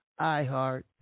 iHeart